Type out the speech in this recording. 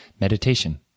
meditation